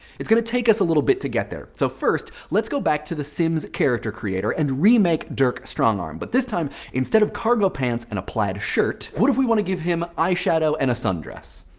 it's going to take us a little bit to get there. so first, let's go back to the sims character creator and remake dirk strongarm. but this time, instead of cargo pants and a plaid shirt, what if we want to give him eyeshadow and a sun dress?